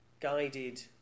guided